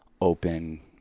open